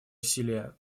усилия